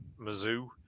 Mizzou